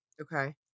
Okay